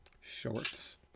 Shorts